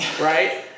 right